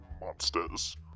monsters